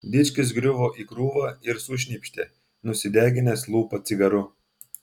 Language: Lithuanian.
dičkis griuvo į krūvą ir sušnypštė nusideginęs lūpą cigaru